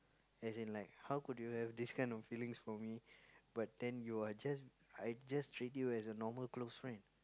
as in like how could you have this kind of feelings for me but then you are just I just treat you as a normal close friend